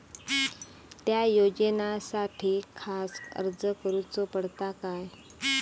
त्या योजनासाठी खास अर्ज करूचो पडता काय?